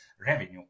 revenue